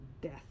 death